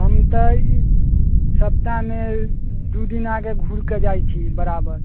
हम तऽ ई सप्ताहमे दू दिन आके घुरके जाइ छी बराबर